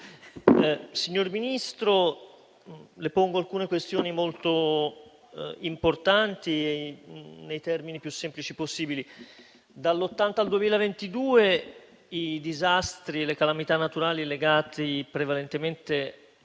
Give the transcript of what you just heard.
Signor Ministro, vorrei porle alcune questioni molto importanti nei termini più semplici possibili. Dal 1980 al 2022 i disastri e le calamità naturali legati prevalentemente